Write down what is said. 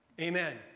Amen